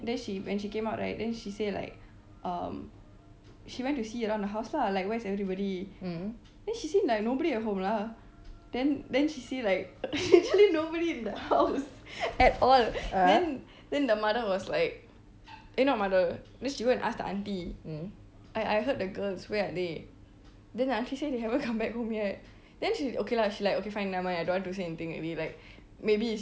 then she when she came out right she say like um she went to see around the house lah like wheres everybody then she see like nobody at home lah then then she see like literally nobody in the house at all then then the mother was like eh not mother then she go and ask aunty I I heard the girls where are they then the aunty say they haven't come back home yet then she okay lah like okay fine never mind I don't want to say anything already like maybe is